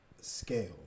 scale